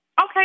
Okay